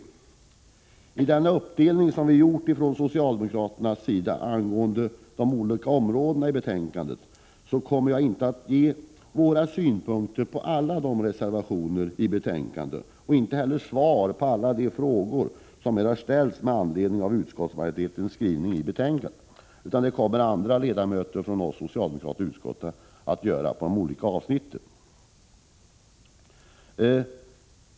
Enligt den uppdelning som vi har gjort från socialdemokraternas sida angående de olika områdena i betänkandet kommer jag inte att redovisa våra synpunkter på alla de reservationer som har avgivits. Jag kommer inte heller att svara på alla de frågor som har ställts med anledning av utskottsmajoritetens skrivning i betänkandet, utan andra företrädare för oss socialdemokrater i utskottet kommer att ta upp olika avsnitt.